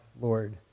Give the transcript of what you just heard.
Lord